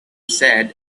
sad